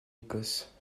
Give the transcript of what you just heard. écosse